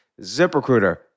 ZipRecruiter